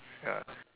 ya